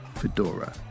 Fedora